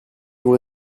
vous